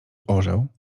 orzeł